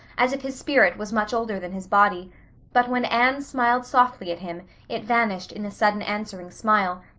as if his spirit was much older than his body but when anne smiled softly at him it vanished in a sudden answering smile,